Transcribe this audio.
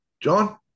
John